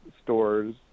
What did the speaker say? stores